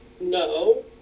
No